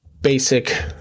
basic